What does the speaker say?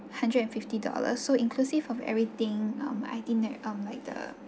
hundred and fifty dollars so inclusive of everything um I think there um like the